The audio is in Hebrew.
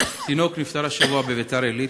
תינוק נפטר השבוע בביתר-עילית.